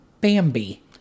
Bambi